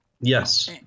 Yes